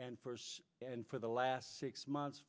and purse and for the last six months